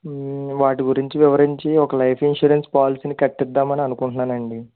వాటి గురించి వివరించి ఒక లైఫ్ ఇన్సూరెన్స్ పోలసీని కాట్టిద్దామని అనుకుంటున్నానండి